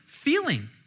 feeling